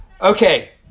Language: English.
Okay